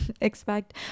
expect